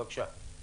בבקשה.